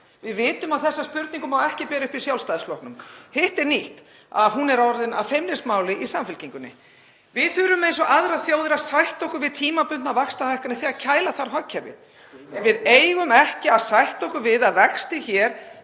Við vitum að þessa spurningu má ekki bera upp í Sjálfstæðisflokknum. Hitt er nýtt að hún er orðin að feimnismáli í Samfylkingunni. Við þurfum eins og aðrar þjóðir að sætta okkur við tímabundnar vaxtahækkanir þegar kæla þarf hagkerfið en við eigum ekki að sætta okkur við að vextir hér